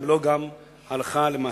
אם לא גם הלכה למעשה.